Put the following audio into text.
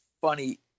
funny –